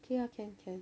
K ah can can